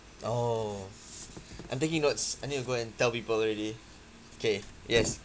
oh I'm taking notes I need to go and tell people already okay yes